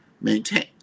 maintain